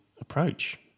approach